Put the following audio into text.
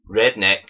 Redneck